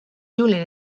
julen